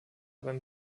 beim